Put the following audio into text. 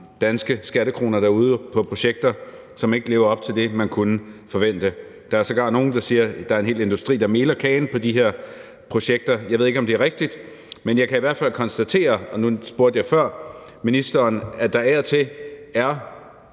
danske skattekroner derude på projekter, som ikke lever op til det, man kunne forvente. Der er sågar nogle, der siger, at der er en hel industri, der meler sin egen kage med de her projekter. Jeg ved ikke, om det er rigtigt, men jeg kan i hvert fald konstatere – nu spurgte jeg ministeren før – at der af og til er